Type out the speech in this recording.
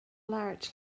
labhairt